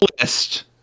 list